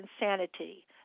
insanity